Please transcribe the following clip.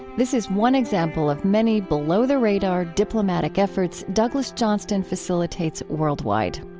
this is one example of many below-the-radar diplomatic efforts douglas johnston facilitates worldwide.